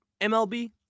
MLB